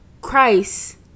Christ